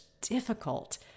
difficult